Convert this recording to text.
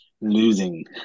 losing